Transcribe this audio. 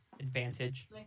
Advantage